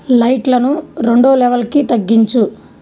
లైట్లను రెండో లెవెల్కి తగ్గించు